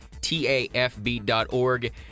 tafb.org